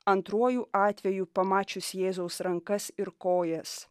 antruoju atveju pamačius jėzaus rankas ir kojas